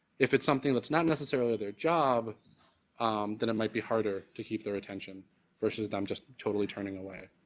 if it's something that's not necessarily their job then it might be harder to keep their attention versus them just totally turning away.